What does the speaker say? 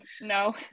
No